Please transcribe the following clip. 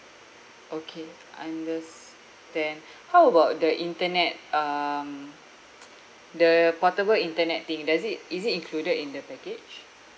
okay understand how about the internet um the portable internet thing does it is it included in the package